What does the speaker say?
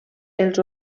els